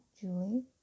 Julie